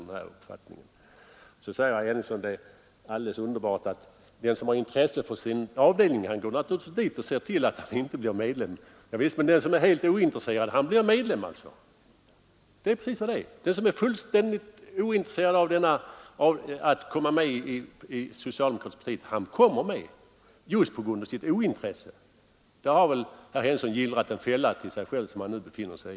Herr Henningsson säger — det är alldeles underbart — att den som har intresse för sin avdelning går naturligtvis dit och ser till att han inte blir medlem. Ja visst — men den som är helt ointresserad blir således medlem! Det är precis så det är. Den som är fullständigt ointresserad av att komma med i det socialdemokratiska partiet kommer med just på grund av sitt ointresse. Där har väl herr Henningsson gillrat en fälla åt sig själv som han nu befinner sig i.